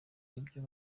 ibyo